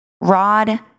Rod